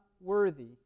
worthy